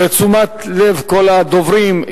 לתשומת לב כל הדוברים,